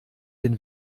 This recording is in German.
den